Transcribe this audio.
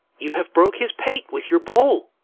you have broke his pate with your bowl.